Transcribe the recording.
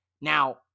Now